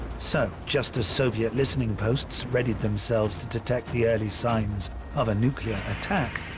so, just as soviet listening posts readied themselves to detect the early signs of a nuclear attack,